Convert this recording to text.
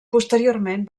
posteriorment